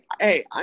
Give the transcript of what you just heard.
hey